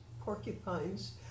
porcupines